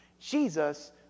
Jesus